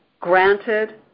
granted